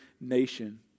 nation